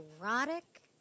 erotic